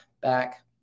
back